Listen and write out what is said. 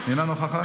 אינו נוכח,